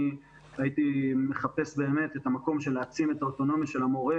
הייתי מחפש את המקום של להעצים את האוטונומיה של המורה,